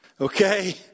Okay